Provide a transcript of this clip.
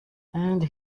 and